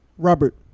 Robert